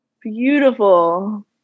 beautiful